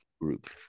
group